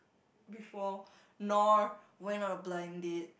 before nor went on a blind date